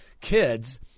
kids